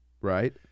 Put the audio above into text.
Right